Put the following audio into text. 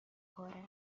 خورم